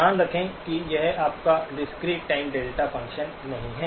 ध्यान रखें कि यह आपका डिस्क्रीट-टाइम डेल्टा फ़ंक्शन नहीं है